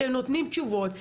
שנותנים תשובות,